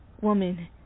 Woman